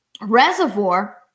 reservoir